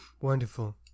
Wonderful